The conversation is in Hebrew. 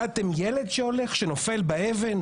מדדתם ילד שהולך ונופל על אבן?